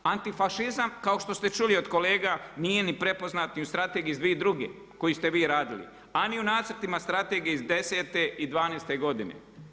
Antifašizam kao što ste čuli od kolega nije ni prepoznat ni u strategiji iz 2002. koju ste vi radili, a ni u nacrtima strategije iz desete i dvanaeste godine.